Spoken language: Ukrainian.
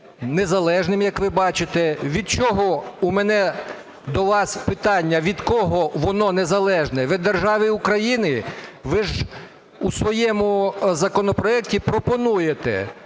незалежним, як ви бачите. Від чого – у мене до вас питання – від кого воно незалежне? Від держави України? Ви ж у своєму законопроекті пропонуєте